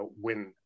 win